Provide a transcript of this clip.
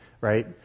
right